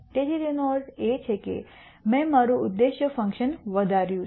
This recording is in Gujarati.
તેથી તેનો અર્થ છે કે મેં મારું ઉદ્દેશ્ય ફંકશન વધાર્યું છે